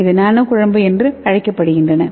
இது நானோ குழம்பு என்று அழைக்கப்படுகிறது